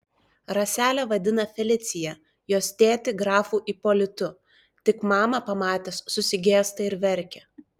raselę vadina felicija jos tėtį grafu ipolitu tik mamą pamatęs susigėsta ir verkia